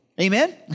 Amen